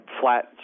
flat